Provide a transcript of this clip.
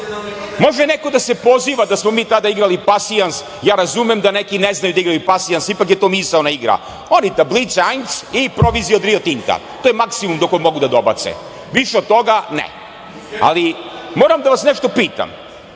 Može neko da se poziva da smo mi tada igrali pasijans. Ja razumem da neki ne znaju da igraju pasijans ipak je to misaona igra, ali tablića, ajnc i provizija od Rio Tinta. To je maksimum do kog mogu da dobace. Više od toga ne. Ali moram da vas nešto pitam